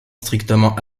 strictement